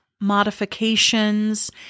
modifications